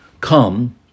come